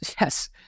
yes